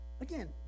again